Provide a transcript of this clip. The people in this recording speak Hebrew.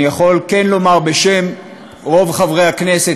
אני יכול כן לומר בשם רוב חברי הכנסת,